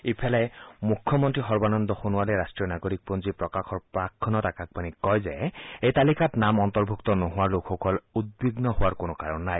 অসমৰ মুখ্যমন্ত্ৰী সৰ্বানন্দ সোণোৱালে ৰাষ্ট্ৰীয় নাগৰিকপঞ্জী প্ৰকাশৰ প্ৰাকক্ষণত আকাশবাণীক কয় যে এই তালিকাত নাম অন্তৰ্ভুক্ত নোহোৱা লোকসকল উদ্বীগ্ণ হোৱাৰ কোনো কাৰণ নাই